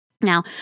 Now